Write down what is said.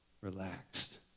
relaxed